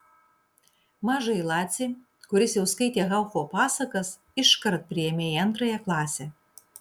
mažąjį lacį kuris jau skaitė haufo pasakas iškart priėmė į antrąją klasę